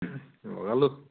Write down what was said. লগালোঁ